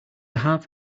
have